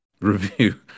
review